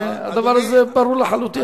והדבר הזה ברור לחלוטין.